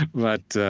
but,